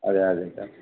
అదే అదే సార్